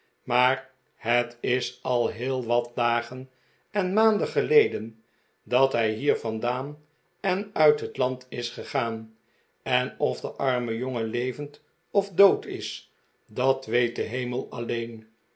maar het is al heel wat dagen en maanden geleden dat hij hier vandaan en uit het land is gegaan en of de arme jongen levend of dood is dat weet de hemel alleen